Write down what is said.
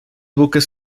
buques